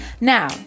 Now